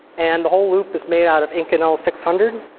and the whole loop is made out of inconel six hundred.